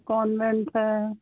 convent ਹੈ